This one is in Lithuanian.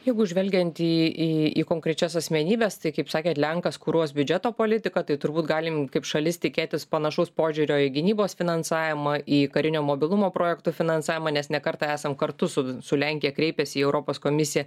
jeigu žvelgiant į į į konkrečias asmenybes tai kaip sakėt lenkas kuruos biudžeto politiką tai turbūt galim kaip šalis tikėtis panašaus požiūrio į gynybos finansavimą į karinio mobilumo projektų finansavimą nes ne kartą esam kartu su su lenkija kreipęsi į europos komisiją